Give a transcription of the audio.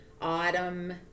autumn